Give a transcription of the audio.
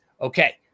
Okay